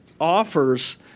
offers